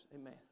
Amen